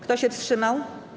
Kto się wstrzymał?